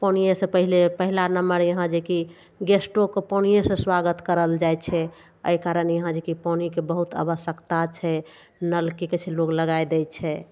पानियेसँ पहिला नंबर यहाँ जे कि गेस्टोके पानियेसँ स्वागत करल जाइ छै अइ कारण यहाँ जे कि पानिके बहुत आवश्यकता छै नल की कहय छै लोग लगाय दै छै